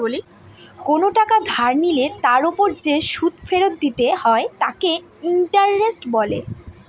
কোন টাকা ধার নিলে তার ওপর যে সুদ ফেরত দিতে হয় তাকে ইন্টারেস্ট বলে